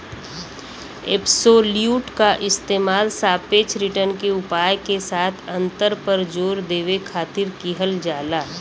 absolute क इस्तेमाल सापेक्ष रिटर्न के उपाय के साथ अंतर पर जोर देवे खातिर किहल जाला